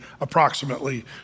approximately